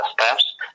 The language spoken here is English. steps